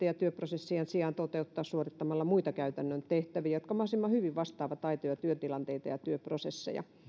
ja työprosessien sijaan toteuttaa suorittamalla muita käytännön tehtäviä jotka mahdollisimman hyvin vastaavat aitoja työtilanteita ja työprosesseja